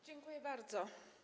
Dziękuję bardzo.